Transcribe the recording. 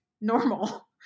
normal